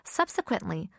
Subsequently